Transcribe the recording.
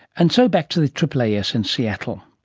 and so back to the aaas in seattle.